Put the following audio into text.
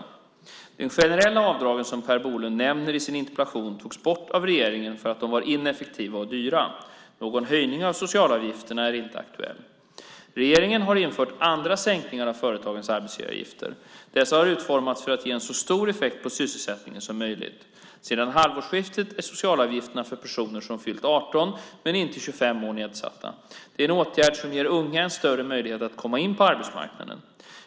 De generella avdrag som Per Bolund nämner i sin interpellation togs bort av regeringen för att de var ineffektiva och dyra. Någon höjning av socialavgifterna är inte aktuell. Regeringen har infört andra sänkningar av företagens arbetsgivaravgifter. Dessa har utformats för att ge en så stor effekt på sysselsättningen som möjligt. Sedan halvårsskiftet är socialavgifterna för personer som fyllt 18 men inte 25 år nedsatta. Det är en åtgärd som ger unga en större möjlighet att komma in på arbetsmarknaden.